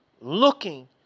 looking